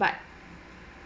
but